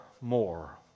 more